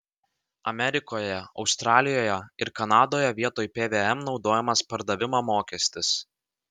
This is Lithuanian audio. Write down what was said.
amerikoje australijoje ir kanadoje vietoj pvm naudojamas pardavimo mokestis